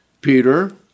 Peter